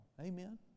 Amen